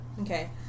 Okay